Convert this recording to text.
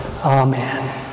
Amen